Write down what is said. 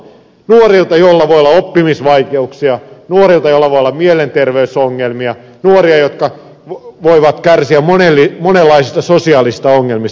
nuorilta joilla voi olla oppimisvaikeuksia nuorilta joilla voi olla mielenterveysongelmia nuorilta jotka voivat kärsiä monenlaisista sosiaalisista ongelmista